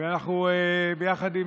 ואנחנו ביחד עם